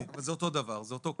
זה אותו דבר, זה אותו קובץ.